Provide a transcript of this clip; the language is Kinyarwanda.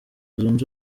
zunze